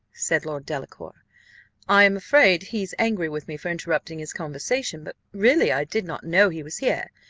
said lord delacour i am afraid he's angry with me for interrupting his conversation but really i did not know he was here,